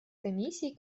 комиссией